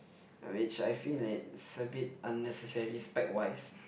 which I feel is a bit unnecessary spec wise